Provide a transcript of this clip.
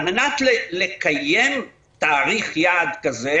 על מנת לקיים תאריך יעד כזה,